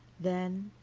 then,